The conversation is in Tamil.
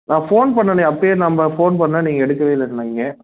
நான் ஃபோன் பண்ணனே அப்போயே நம்ம ஃபோன் பண்ணேன் நீங்கள் எடுக்கவே இல்லைன்னாய்ங்க